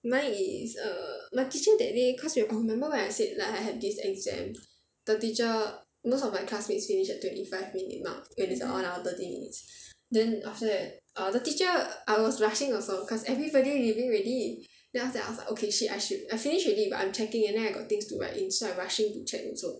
mine is err my teacher that day cause remember oh remember when I said like I had this exam the teacher most of my classmates finish twenty five minute mark when it's out of thirty minutes then after that err the teacher was rushing also cause everybody leaving already then after that I was like okay shit I should I finish already but I'm checking and then I got things to write in so I'm rushing to check also